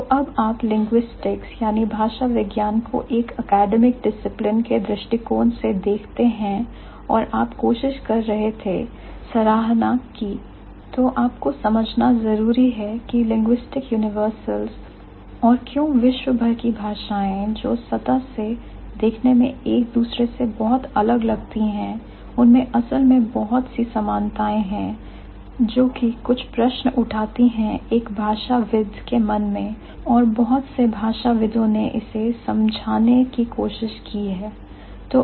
तो जब आप linguistics भाषा विज्ञान को एक academic discipline के दृष्टिकोण से देखते हैं और आप कोशिश कर रहे थे सराहना की तो आपको समझना जरूरी है कि linguistic universals और क्यों विश्व भर की भाषाएं जो सतह से देखने में एक दूसरे से बहुत अलग लगती हैं उनमें असल में बहुत सी समानताएं हैं जो कि कुछ प्रश्न उठाती हैं एक भाषाविद के मन में और बहुत से भाषाविदों ने इसे समझाने की कोशिश की है